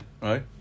Right